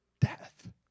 death